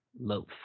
loaf